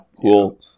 cool